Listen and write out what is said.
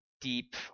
deep